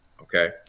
Okay